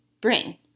bring